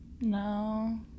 No